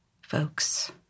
folks